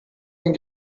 den